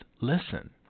listen